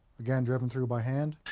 again driven through by hand,